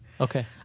okay